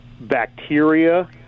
bacteria